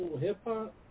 hip-hop